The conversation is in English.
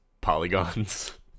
polygons